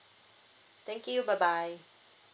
thank you bye bye